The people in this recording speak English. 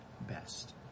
best